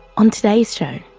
on today's show,